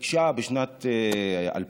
התעקשה בשנים 2015,